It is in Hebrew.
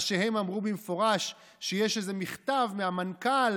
מה שהם אמרו במפורש הוא שיש איזה מכתב מהמנכ"ל